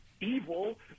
evil